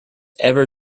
ever